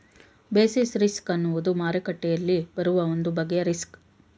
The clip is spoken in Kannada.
ಬೇಸಿಸ್ ರಿಸ್ಕ್ ಅನ್ನುವುದು ಮಾರುಕಟ್ಟೆಯಲ್ಲಿ ಬರುವ ಒಂದು ಬಗೆಯ ರಿಸ್ಕ್